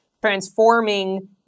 transforming